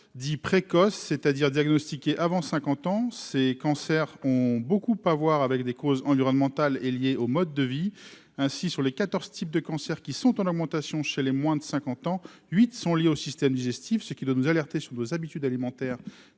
dits précoce c'est-à-dire diagnostiqués avant 50 ans ces cancers ont beaucoup à voir avec des causes environnementales et lié au mode de vie ainsi, sur les 14 types de cancer qui sont en augmentation chez les moins de 50 ans, 8 sont liées au système digestif, ce qui doit nous alerter sur nos habitudes alimentaires,